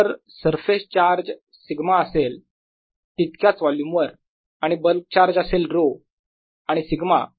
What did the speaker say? जर surface charge σ असेल तितक्याच वोल्युम वर आणि बल्क चार्ज असेल रो आणि σ